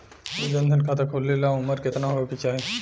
जन धन खाता खोले ला उमर केतना होए के चाही?